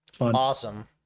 Awesome